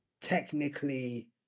technically